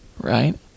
right